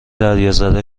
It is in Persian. دریازده